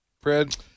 Fred